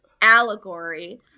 allegory